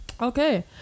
okay